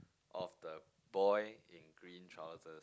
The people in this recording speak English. of the boy in green trousers